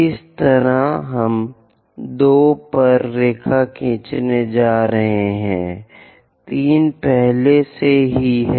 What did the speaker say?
इसी तरह हम 2 पर रेखा खींचने जा रहे हैं 3 पहले से ही है